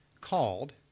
called